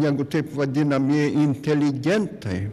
negu taip vadinamieji inteligentai